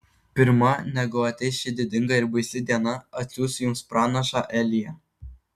pirma negu ateis ši didinga ir baisi diena atsiųsiu jums pranašą eliją